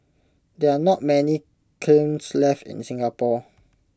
there are not many kilns left in Singapore